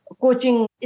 coaching